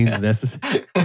necessary